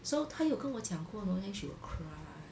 so 她有跟我讲过 know then she will cry